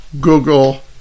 Google